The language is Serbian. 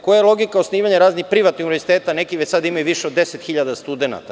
Koja je logika osnivanja raznih privatnih univerziteta, neki već sad imaju više od 10.000 studenata?